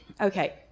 okay